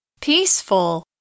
Peaceful